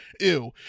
ew